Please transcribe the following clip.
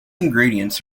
ingredients